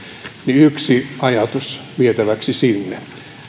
yksi ajatus vietäväksi sinne